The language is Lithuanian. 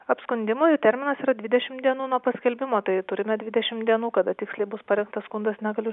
apskundimui terminas yra dvidešim dienų nuo paskelbimo tai turime dvidešim dienų kada tiksliai bus parengtas skundas negaliu